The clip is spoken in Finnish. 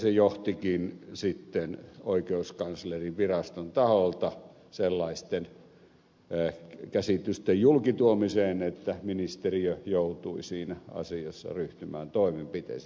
se johtikin sitten oikeuskanslerinviraston taholta sellaisten käsitysten julki tuomiseen että ministeriö joutui siinä asiassa ryhtymään toimenpiteisiin